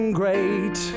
great